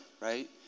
right